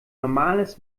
normales